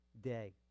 day